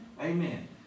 Amen